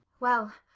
well,